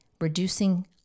reducing